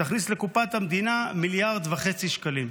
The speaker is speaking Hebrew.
יכניסו לקופת המדינה מיליארד וחצי שקלים.